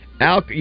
Al